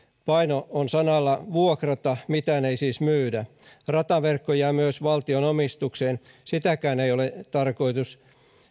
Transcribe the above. paino on sanalla vuokrata mitään ei siis myydä rataverkko jää myös valtion omistukseen sitäkään ei ole tarkoitus